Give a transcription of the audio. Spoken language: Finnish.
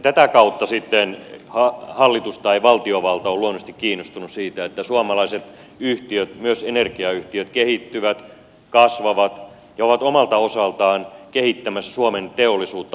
tätä kautta sitten hallitus tai valtiovalta on luonnollisesti kiinnostunut siitä että suomalaiset yhtiöt myös energiayhtiöt kehittyvät kasvavat ja ovat omalta osaltaan kehittämässä suomen teollisuutta uuteen suuntaan